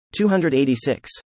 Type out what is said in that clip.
286